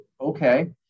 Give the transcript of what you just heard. okay